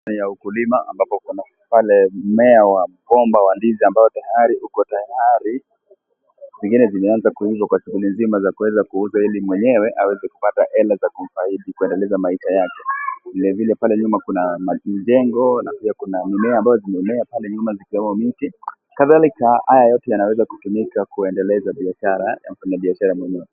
Mimea wa ukulima ambapo Kuna mimea wa pomba wa ndizi ambaye uko tayari. Zingine zimeanza kuuzwa kwa shuguli nzima za kuweza kuuzwa hili mwenyewe , awe akipata hela za kufaidhi hili kuendeleza maisha yake, vile vile pale nyuma kuna mjengo na Kuna mimea ambao zimemea pale nyuma kama miti. Kadhalika haya yote yanaweza kutumika kuendeleza biashara.